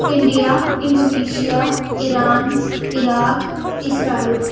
India Indonesia Iran Iraq Israel